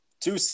Two